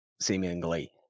seemingly